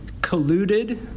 colluded